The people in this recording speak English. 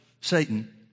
Satan